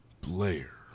Blair